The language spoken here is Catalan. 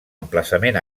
emplaçament